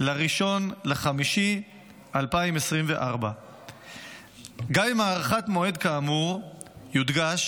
ל-1 במאי 2024. גם עם הארכת מועד כאמור יודגש